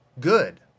Good